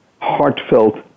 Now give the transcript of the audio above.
heartfelt